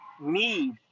need